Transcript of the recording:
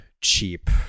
cheap